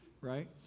right